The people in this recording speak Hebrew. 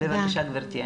בבקשה גבירתי.